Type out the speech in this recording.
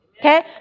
Okay